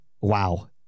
wow